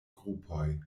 grupoj